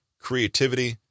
creativity